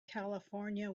california